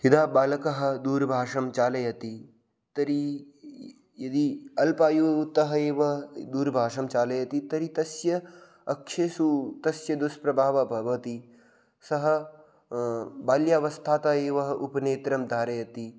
यदा बालकः दूरभाषां चालयति तर्हि यदि अल्पायुतः एव दूरभाषां चालयति तर्हि तस्य अक्षिषु तस्य दुष्प्रभावः भवति सः बाल्यावस्थातः एव उपनेत्रं धारयति